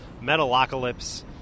Metalocalypse